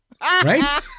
right